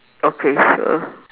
okay sure